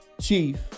Chief